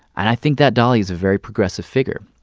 and i think that dolly is a very progressive figure,